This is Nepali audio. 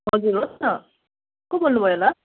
हजुर हो त को बोल्नुभयो होला